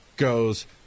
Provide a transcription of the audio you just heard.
goes